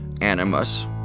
animus